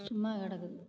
சும்மா கிடக்குது